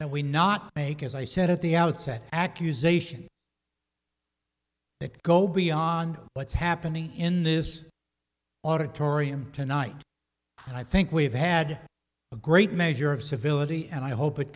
that we not make as i said at the outset accusations that go beyond what's happening in this auditorium tonight and i think we have had a great measure of civility and i hope it